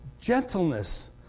gentleness